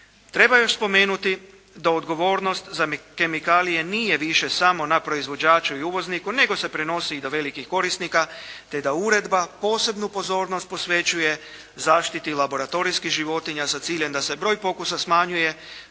Treba još spomenuti da odgovornost za kemikalije nije više samo na proizvođaču i uvozniku nego se prenosi i do velikih korisnika te da uredba posebnu pozornost posvećuje zaštiti laboratorijskih životinja sa ciljem da se broj pokusa smanjuje